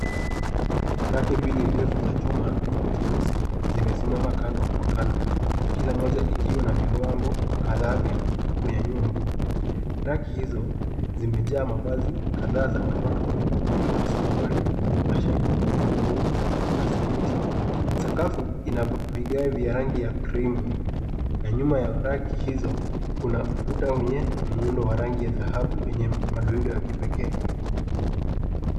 Raki mbili ndefu za chuma cheusi zimesimama kando kwa kando, kila kimoja ikiwa na viwango kadhaa vya kuyaanua nguo. Raki hizo zimejaa mavazi kadhaa za watoto kama suruali, mashati, maglovu na sketi. Sakafu ina vigae vya rangi ya krimu na nyuma za raki hizo, kuna ukuta wenye muundo wa rangi ya dhahabu yenye madrida ya kipekee.